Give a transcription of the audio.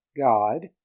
god